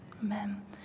Amen